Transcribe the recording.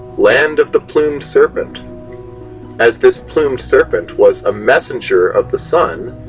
land of the plumed serpent as this plumed serpent was a messenger of the sun,